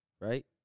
right